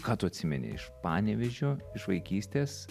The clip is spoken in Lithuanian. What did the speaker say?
ką tu atsimeni iš panevėžio iš vaikystės